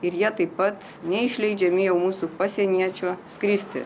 ir jie taip pat neišleidžiami mūsų pasieniečio skristi